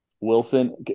Wilson